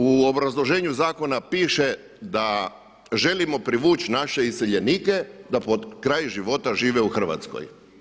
U obrazloženju zakona piše da želimo privući naše iseljenike da pod kraj života žive u Hrvatskoj.